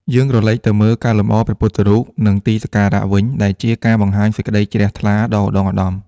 យើងក្រឡេកទៅមើល ការលម្អព្រះពុទ្ធរូប និងទីសក្ការៈវិញ ដែលជាការបង្ហាញសេចក្តីជ្រះថ្លាដ៏ឧត្តុង្គឧត្តម។